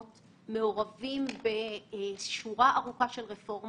אנחנו מעורבים ביישום של המלצות ועדת שטרום,